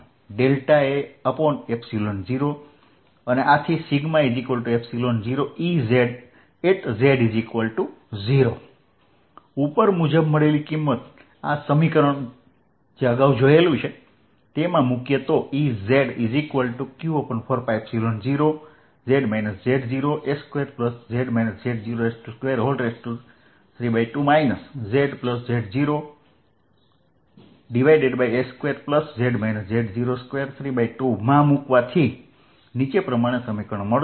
ds EZa σa0 σ0EZ|z0 ઉપર મુજબ મળેલી કિંમત આ સમીકરણ Ezq4π0z z0s2z z0232 zz0s2z z0232 માં મૂકવાથી નીચે પ્રમાણે સમીકરણ મળે